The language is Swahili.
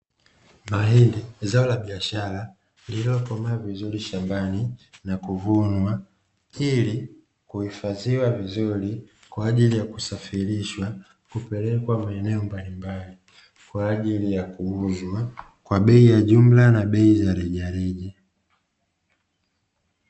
Mahindi, zao la biashara lililokomaa vizuri shambani na kuvunwa ili kuhifadhiwa vizuri kwa ajili ya kusafirishwa kupelekwa maeneo mbalimbali, kwa ajili ya kuuzwa kwa bei ya jumla na bei ya rejareja.